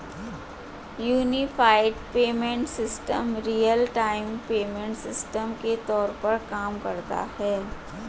unified payment system real time payment system के तौर पर काम करता है